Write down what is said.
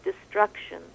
destruction